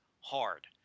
hard